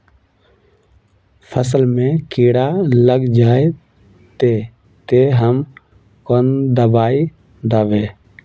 फसल में कीड़ा लग जाए ते, ते हम कौन दबाई दबे?